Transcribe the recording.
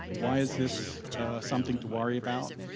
why is this something to worry about?